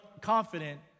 confident